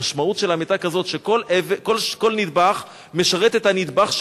המשמעות שלהן היתה כזאת שכל נדבך משרת את הנדבך שמעליו,